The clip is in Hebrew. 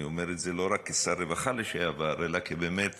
אני אומר את זה לא רק כשר רווחה לשעבר אלא באמת